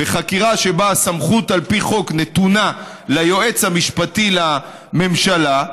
בחקירה שבה הסמכות על פי חוק נתונה ליועץ המשפטי לממשלה,